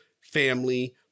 family